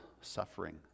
suffering